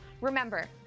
Remember